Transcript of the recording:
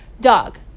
dog